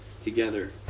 together